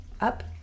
Up